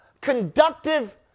conductive